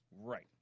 Right